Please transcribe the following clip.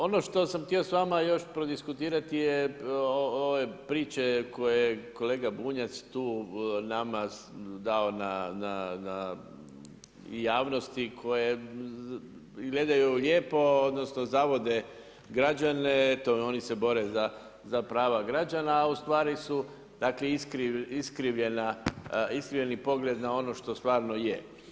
Ono što sam htio s vama još prodiskutirati je ove priče koje je kolega Bunjac tu nama dao na i javnosti koje izgledaju lijepo odnosno zavode građane to oni se bore za prava građana, a ustvari su dakle iskrivljeni pogled na ono što stvarno je.